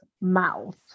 mouth